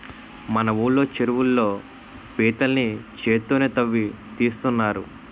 మన ఊళ్ళో చెరువుల్లో పీతల్ని చేత్తోనే తవ్వి తీస్తున్నారు